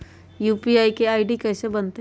UPI के ID कैसे बनतई?